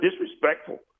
disrespectful